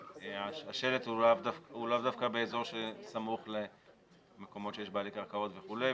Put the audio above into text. הוא לאו דווקא באזור שסמוך למקומות שיש בעלי קרקעות וכולי,